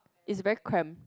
is very cram